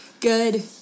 Good